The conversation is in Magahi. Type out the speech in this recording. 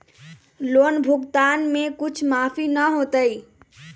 लोन भुगतान में कुछ माफी न होतई?